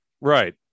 right